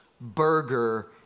burger